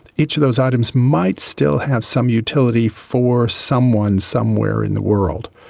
each of those items might still have some utility for someone somewhere in the world.